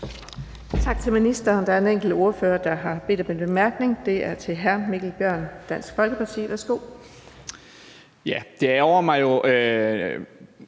Tak til ministeren. Der er en enkelt ordfører, der har bedt om en kort bemærkning. Det er hr. Mikkel Bjørn, Dansk Folkeparti. Værsgo. Kl. 14:14 Mikkel